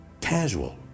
casual